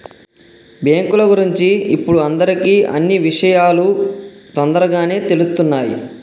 బ్యేంకుల గురించి ఇప్పుడు అందరికీ అన్నీ విషయాలూ తొందరగానే తెలుత్తున్నయ్